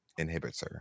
inhibitor